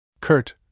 Kurt